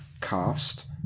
cast